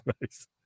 nice